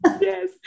yes